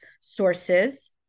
sources